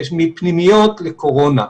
מפנימיות לקורונה.